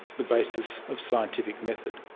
the basis of scientific method.